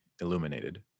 illuminated